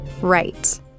Right